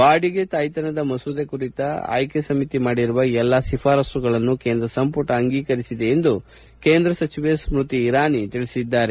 ಬಾಡಿಗೆ ತಾಯ್ತನದ ಮಸೂದೆ ಕುರಿತ ಆಯ್ಲೆ ಸಮಿತಿ ಮಾಡಿರುವ ಎಲ್ಲ ಶಿಫಾರಸ್ನುಗಳನ್ನು ಕೇಂದ್ರ ಸಂಪುಟ ಅಂಗೀಕರಿಸಿದೆ ಎಂದು ಕೇಂದ್ರ ಸಚಿವರಾದ ಸ್ಮೃತಿ ಇರಾನಿ ತಿಳಿಸಿದ್ದಾರೆ